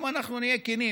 אם אנחנו נהיה כנים,